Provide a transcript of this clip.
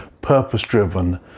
purpose-driven